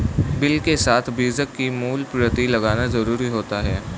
bill के साथ बीजक की मूल प्रति लगाना जरुरी होता है